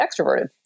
extroverted